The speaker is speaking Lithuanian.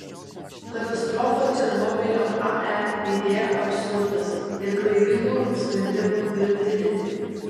katastrofą černobylio ae lydėjo absurdas ir klaidingų sprendimų virtinė